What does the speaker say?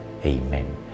Amen